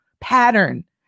pattern